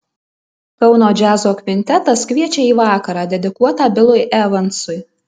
kauno džiazo kvintetas kviečia į vakarą dedikuotą bilui evansui